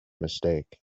mistake